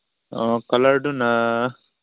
ꯑꯣ ꯀꯂꯔꯗꯨꯅ